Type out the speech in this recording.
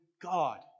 God